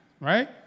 right